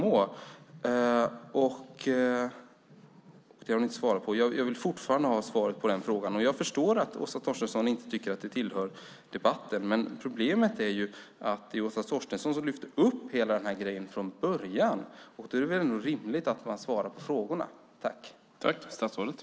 Åsa Torstensson har inte svarat så jag vill fortfarande ha ett svar på min fråga. Jag förstår att Åsa Torstensson inte tycker att det tillhör debatten. Men problemet är att det var Åsa Torstensson som från början lyfte fram hela den här grejen. Då är det väl rimligt att också svara på ställda frågor.